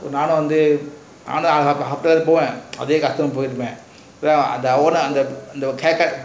நானும் வந்து நானு போவான் அதே பொய் இருப்பான் அந்த:naanum vanthu naanu povan athey poi irupan antha owner haircut